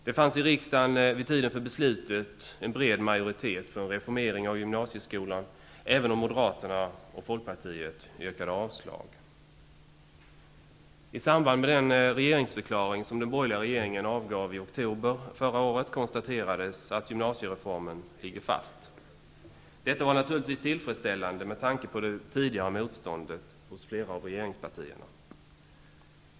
Det fanns i riksdagen vid tiden för beslutet en bred majoritet för en reformering av gymnasieskolan även om Moderaterna och Folkpartiet yrkade avslag. I samband med den regeringsförklaring som den borgerliga regeringen avgav i oktober förra året konstaterades att gymnasiereformen ligger fast. Detta var naturligtvis tillfredsställande med tanke på det tidigare motståndet hos flera av regeringspartierna.